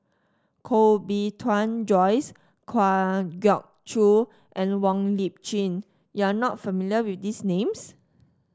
Koh Bee Tuan Joyce Kwa Geok Choo and Wong Lip Chin you are not familiar with these names